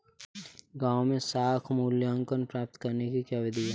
गाँवों में साख मूल्यांकन प्राप्त करने की क्या विधि है?